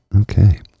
Okay